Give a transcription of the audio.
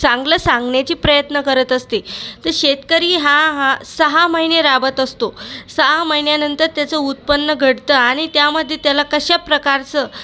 चांगलं सांगण्याची प्रयत्न करत असते तर शेतकरी हा हा सहा महिने राबत असतो सहा महिन्यानंतर त्याचं उत्पन्न घटतं आणि त्यामध्ये त्याला कशाप्रकारचं